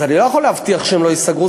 אז אני לא יכול להבטיח שהם לא ייסגרו,